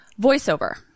voiceover